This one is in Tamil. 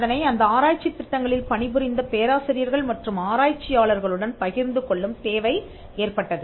அதனை அந்த ஆராய்ச்சித் திட்டங்களில் பணிபுரிந்த பேராசிரியர்கள் மற்றும் ஆராய்ச்சியாளர்களுடன் பகிர்ந்து கொள்ளும் தேவை ஏற்பட்டது